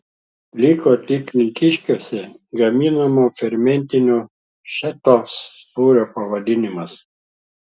liko tik vilkyškiuose gaminamo fermentinio šėtos sūrio pavadinimas